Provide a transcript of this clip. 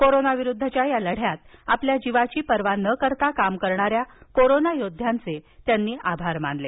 corona विरुद्धच्या या लढ्यात आपल्या जीवांची पर्वा न करता काम करणाऱ्या कोरोना योद्ध्यांचे त्यांनी आभार मानले